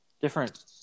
different